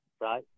right